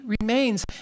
remains